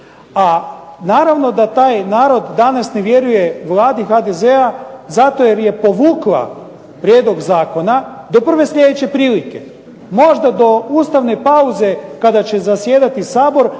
A naravno da taj narod danas ne vjeruje vladi HDZ-a zato jer je povukla prijedlog zakona do prve sljedeće prilike. Možda do ustavne pauze kada će zasjedati Sabor